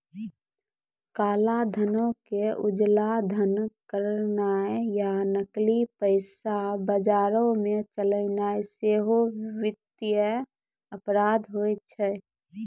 काला धनो के उजला धन करनाय या नकली पैसा बजारो मे चलैनाय सेहो वित्तीय अपराध होय छै